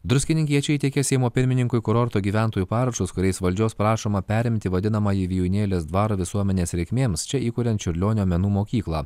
druskininkiečiai įteikė seimo pirmininkui kurorto gyventojų parašus kuriais valdžios prašoma perimti vadinamąjį vijūnėlės dvarą visuomenės reikmėms čia įkuriant čiurlionio menų mokyklą